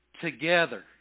together